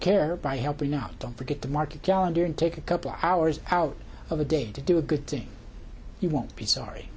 care by helping out don't forget the market calendar and take a couple hours out of the day to do a good thing you won't be sorry